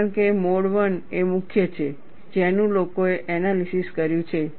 કારણ કે mode I એ મુખ્ય છે જેનું લોકોએ એનાલિસિસ કર્યું છે